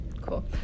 Cool